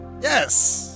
Yes